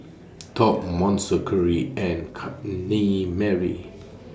Top Monster Curry and Chutney Mary